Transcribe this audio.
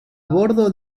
bordo